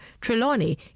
Trelawney